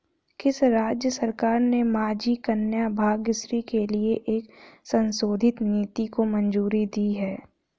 किस राज्य सरकार ने माझी कन्या भाग्यश्री के लिए एक संशोधित नीति को मंजूरी दी है?